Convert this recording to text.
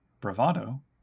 bravado